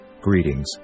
greetings